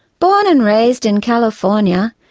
born and raised in california,